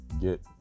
get